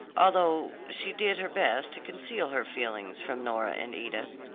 although she did her best to conceal her feeling from nora and edith.